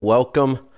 welcome